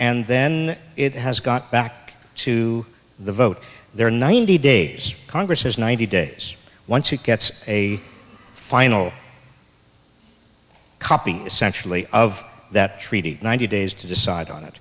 and then it has got back to the vote there ninety days congress has ninety days once he gets a final copy essentially of that treaty ninety days to decide on it